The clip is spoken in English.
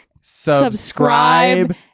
subscribe